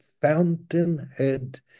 fountainhead